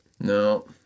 No